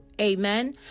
amen